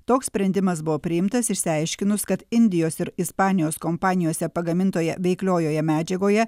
toks sprendimas buvo priimtas išsiaiškinus kad indijos ir ispanijos kompanijose pagamintoje veikliojoje medžiagoje